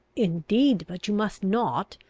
indeed, but you must not.